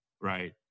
right